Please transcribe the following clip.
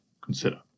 consider